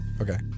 Okay